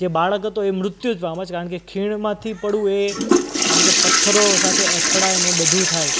જે બાળક હતો એ મૃત્યુ જ પામત કારણકે ખીણમાંથી પડવું એ કારણ કે પથ્થરો સાથે અથડાઈને બધું થાય